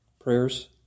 prayers